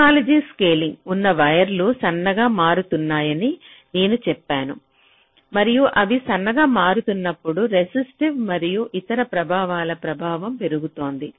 technology scaling ఉన్న వైర్లు సన్నగా మారుతున్నాయని నేను చెప్పాను మరియు అవి సన్నగా మారుతున్నప్పుడు రెసిస్టివ్ మరియు ఇతర ప్రభావాల ప్రభావం పెరుగుతోంది